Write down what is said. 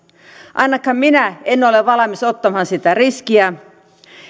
ainakaan minä en ole valmis ottamaan sitä riskiä